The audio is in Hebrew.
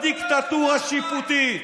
לא דיקטטורה שיפוטית.